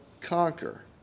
conquer